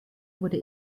wurde